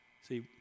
see